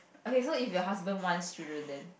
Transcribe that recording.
okay so if your husband wants children then